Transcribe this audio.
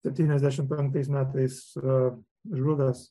septyniasdešimt penktais metais žuvęs